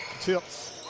Tips